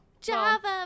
Java